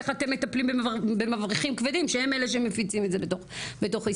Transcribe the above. איך אתם מטפלים במבריחים כבדים שהם אלה שמפיצים את זה בתוך ישראל,